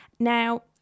Now